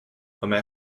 omer